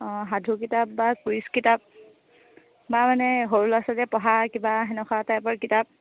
অঁ সাধু কিতাপ বা কুইজ কিতাপ বা মানে সৰু ল'ৰা ছোৱালীয়ে পঢ়া কিবা সেনেকুৱা টাইপৰ কিতাপ